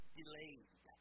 delayed